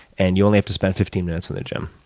and you only have to spend fifteen minutes in the gym,